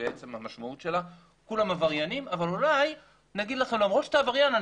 המשמעות שלה היא שכולם עבריינים אבל אולי למרות שאתה עבריין,